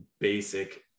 basic